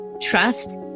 trust